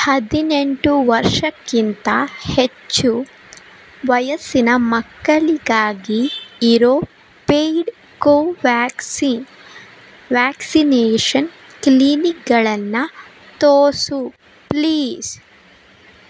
ಹದಿನೆಂಟು ವರ್ಷಕ್ಕಿಂತ ಹೆಚ್ಚು ವಯಸ್ಸಿನ ಮಕ್ಕಳಿಗಾಗಿ ಇರೋ ಪೇಯ್ಡ್ ಕೋವ್ಯಾಕ್ಸಿನ್ ವ್ಯಾಕ್ಸಿನೇಷನ್ ಕ್ಲಿನಿಕ್ಗಳನ್ನು ತೋರಿಸು ಪ್ಲೀಸ್